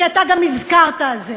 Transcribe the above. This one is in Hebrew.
כי אתה גם הזכרת את זה,